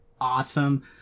awesome